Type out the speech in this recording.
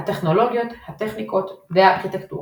הטכנולוגיות, הטכניקות והארכיטקטורה